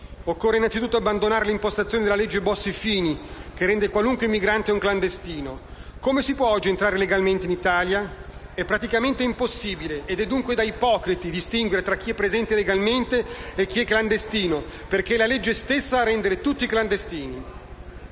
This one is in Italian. Occorre innanzitutto abbandonare l'impostazione della legge Bossi-Fini che rende qualunque migrante un clandestino: come si può oggi entrare legalmente in Italia? È praticamente impossibile ed è dunque da ipocriti distinguere tra chi è presente legalmente e chi è clandestino perché è la legge stessa a rendere tutti clandestini.